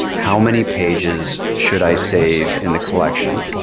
how many pages should i save in the collection?